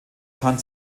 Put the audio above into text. kann